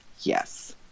Yes